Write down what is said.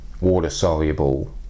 water-soluble